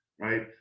Right